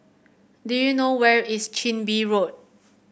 do you know where is Chin Bee Road